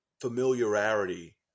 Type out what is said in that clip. familiarity